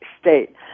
state